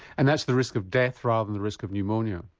and that's the risk of death rather than the risk of pneumonia?